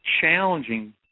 challenging